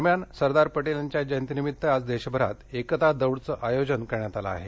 दरम्यान सरदार पटेल यांच्या जयंतीनिमित्त आज देशभरात एकता दौडचं आयोजन करण्यात आलं आहे